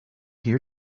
here